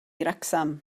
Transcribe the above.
wrecsam